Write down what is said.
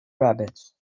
rabbits